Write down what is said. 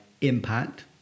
impact